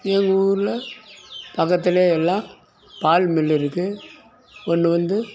எங்கள் ஊரில் பக்கத்துல எல்லாம் பால் மில் இருக்கு ஒன்று வந்து